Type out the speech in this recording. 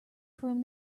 from